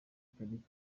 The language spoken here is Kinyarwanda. khalifa